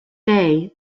day